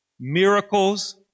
miracles